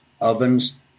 ovens